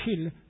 kill